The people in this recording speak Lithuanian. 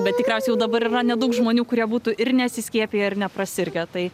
bet tikriausiai jau dabar yra nedaug žmonių kurie būtų ir nesiskiepiję ir neprasirgę tai